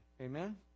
Amen